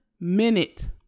minute